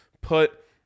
put